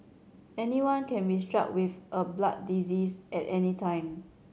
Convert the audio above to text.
anyone can be struck with a blood disease at any time